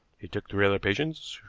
he took three other patients,